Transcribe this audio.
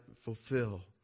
fulfill